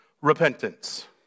repentance